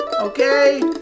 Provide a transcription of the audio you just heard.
Okay